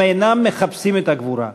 והם אינם מחפשים את הגבורה.